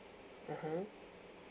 (uh huh)